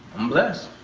i'm blessed.